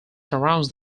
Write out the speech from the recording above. surrounds